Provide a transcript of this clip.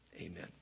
Amen